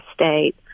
state